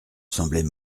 semblait